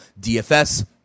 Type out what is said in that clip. DFS